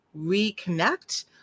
reconnect